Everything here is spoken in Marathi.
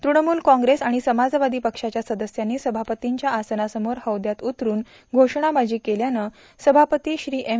तुणमूल काँग्रेस आणि समाजवादी पक्षाच्या सदस्यांनी सभापतींच्या आसनासमोर हौद्यात उतरून घोषणाबाजी केल्यानं सभापती श्री एम